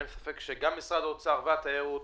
אין ספק שגם משרד האוצר וגם התיירות